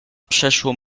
przeszło